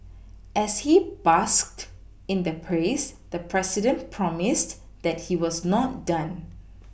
as he basked in the praise the president promised that he was not done